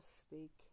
speak